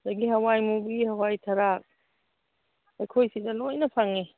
ꯑꯗꯒꯤ ꯍꯋꯥꯏꯃꯨꯕꯤ ꯍꯋꯥꯏ ꯊꯔꯥꯛ ꯑꯩꯈꯣꯏ ꯁꯤꯗ ꯂꯣꯏꯅ ꯐꯪꯏ